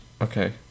okay